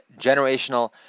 generational